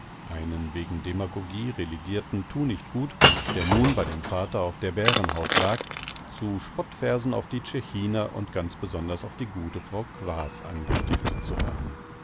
einen wegen demagogie relegirten thunichtgut der nun bei dem vater auf der bärenhaut lag zu spottversen auf die tschechiner und ganz besonders auf die gute frau quaas angestiftet zu haben